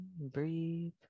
breathe